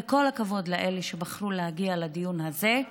וכל הכבוד לאלה שבחרו להגיע לדיון הזה,